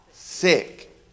sick